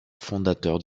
fondateurs